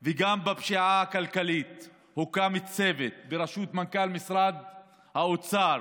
גם בפשיעה הכלכלית הוקם צוות בראשות מנכ"ל משרד האוצר